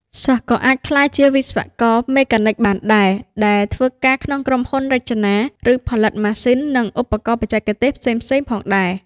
សិស្សក៏អាចក្លាយជាវិស្វករមេកានិកបានដែរ ដែលធ្វើការក្នុងក្រុមហ៊ុនរចនា ឬផលិតម៉ាស៊ីន និងឧបករណ៍បច្ចេកទេសផ្សេងៗផងដែរ។